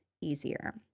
easier